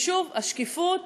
ושוב, השקיפות